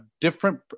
different